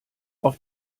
auf